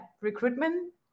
recruitment